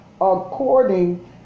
according